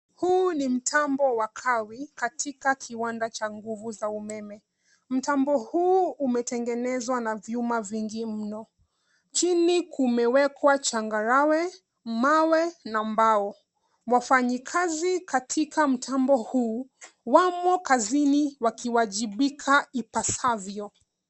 Huu ni mtambo wa kawi katika kiwanda cha nguvu za umeme. Mtambo huu umetengenezwa na vyuma vingi mno. Chini kumewekwa changarawe, mawe na mbao. Wafanyikazi katika mtambo huu wamo kazini wakiwajibika ipasavyo.